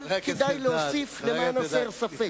אבל כדאי להוסיף למען הסר ספק.